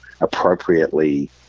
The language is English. appropriately